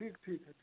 ठीक ठीक है सर